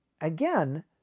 again